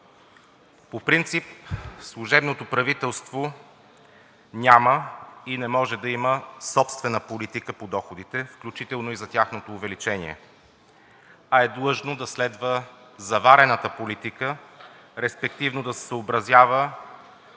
По принцип служебното правителство няма и не може да има собствена политика по доходите, включително и за тяхното увеличение, а е длъжно да следва заварената политика, респективно да се съобразява